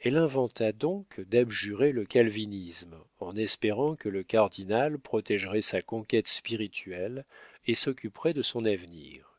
elle inventa donc d'abjurer le calvinisme en espérant que le cardinal protégerait sa conquête spirituelle et s'occuperait de son avenir